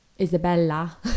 Isabella